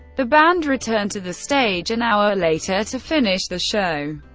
the band returned to the stage an hour later to finish the show.